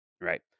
right